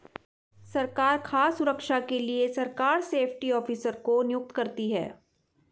सरकार खाद्य सुरक्षा के लिए सरकार सेफ्टी ऑफिसर को नियुक्त करती है